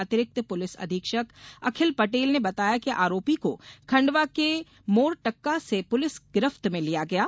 अतिरिक्त पुलिस अधीक्षक अखिल पटेल ने बताया कि आरोपी को खंडवा के मोरटक्का से पुलिस गिरफ्त में लिया गया है